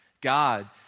God